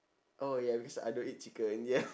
oh ya because I don't eat chicken ya